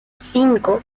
cinco